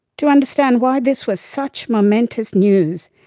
to understand why this was such momentous news,